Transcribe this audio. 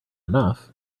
enough